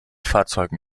fahrzeugen